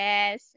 Yes